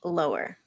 lower